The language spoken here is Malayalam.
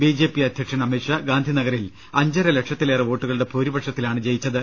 ബി ജെ പി അധ്യക്ഷൻ അമിത്ഷാ ഗാന്ധിനഗറിൽ അഞ്ച രലക്ഷത്തിലേറെ വോട്ടുകളുടെ ഭൂരിപക്ഷത്തിലാണ് ജയിച്ചത്